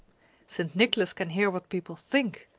st. nicholas can hear what people think,